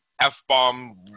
f-bomb